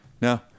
No